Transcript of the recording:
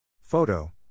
Photo